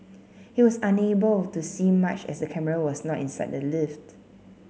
he was unable to see much as the camera was not inside the lift